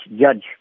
Judge